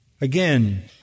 Again